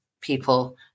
people